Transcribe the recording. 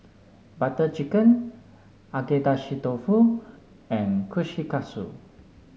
Butter Chicken Agedashi Dofu and Kushikatsu